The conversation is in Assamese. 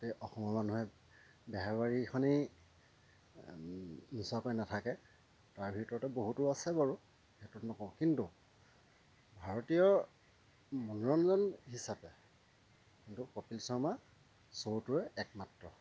গোটেই অসমৰ মানুহে বেহাৰবাৰীখনেই নোচোৱাকৈ নাথাকে তাৰ ভিতৰতে বহুতো আছে বাৰু সেইটো নকওঁ কিন্তু ভাৰতীয় মনোৰঞ্জন হিচাপে কিন্তু কপিল শৰ্মাৰ শ্ব'টোৱে একমাত্ৰ